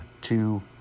two